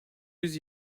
yüz